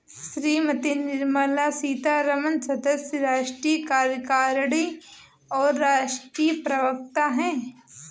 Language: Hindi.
श्रीमती निर्मला सीतारमण सदस्य, राष्ट्रीय कार्यकारिणी और राष्ट्रीय प्रवक्ता हैं